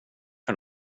för